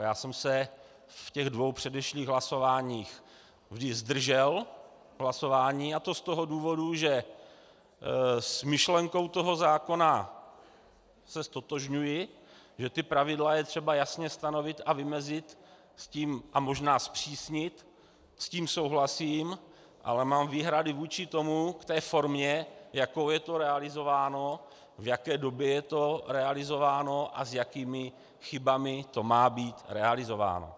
Já jsem se v těch dvou předešlých hlasováních vždy zdržel hlasování, a to z toho důvodu, že s myšlenkou toho zákona se ztotožňuji, že pravidla je třeba jasně stanovit, vymezit a možná zpřísnit, s tím souhlasím, ale mám výhrady vůči formě, jakou je to realizováno, v jaké době je to realizováno a s jakými chybami to má být realizováno.